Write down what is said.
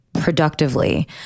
productively